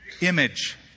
image